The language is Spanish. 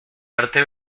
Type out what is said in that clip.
arte